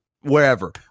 wherever